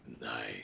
Night